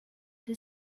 the